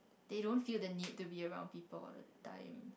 they don't feel the need to be around people all the time